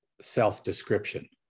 self-description